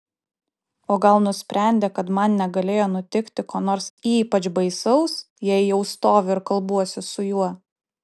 o gal nusprendė kad man negalėjo nutikti ko nors ypač baisaus jei jau stoviu ir kalbuosi su juo